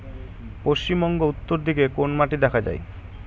পশ্চিমবঙ্গ উত্তর দিকে কোন মাটি দেখা যায়?